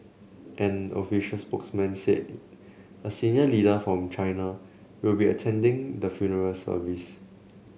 an official spokesman said a senior leader from China will be attending the funeral service